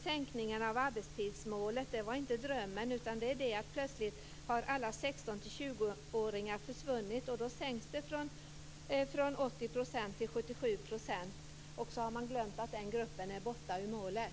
Sänkningen av arbetstidsmålet var inte en dröm, utan plötsligt har alla 16-20-åringar försvunnit och då sänks målet från 80 % till 77 %. Man har glömt att den gruppen är borta ur målet.